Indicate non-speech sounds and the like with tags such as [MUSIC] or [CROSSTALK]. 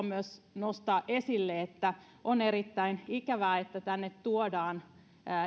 [UNINTELLIGIBLE] myös nostaa esille että on erittäin ikävää että tänne tuodaan